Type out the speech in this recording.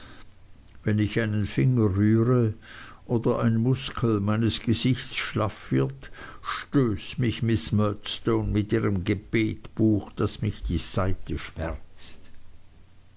wenn ich einen finger rühre oder eine muskel meines gesichts schlaff wird stößt mich miß murdstone mit ihrem gebetbuch daß mich die seite schmerzt